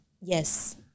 Yes